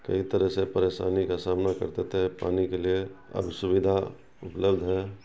کئی طرح سے پریشانی کا سامنا کرتے تھے پانی کے لیے اب سویدھا اپلبدھ ہے